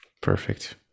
perfect